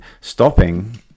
stopping